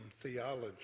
theology